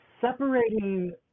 separating